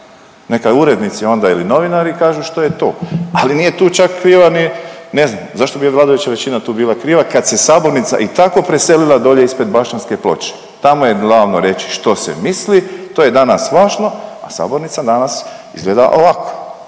Neka urednici onda ili novinari kažu što je to, ali nije tu čak kriva ni ne znam, zašto bi vladajuća većina tu bila kriva kad se sabornica i tako preselila dolje ispred Bašćanske ploče. Tamo je glavno reći što se misli, to je danas važno, a sabornica danas izgleda ovako.